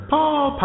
Paul